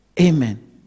Amen